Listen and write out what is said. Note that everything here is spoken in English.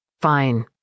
Fine